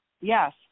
Yes